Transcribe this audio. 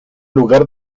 lugar